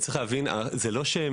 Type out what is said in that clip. צריך להבין, באף תרחיש הם לא נעלמים.